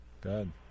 good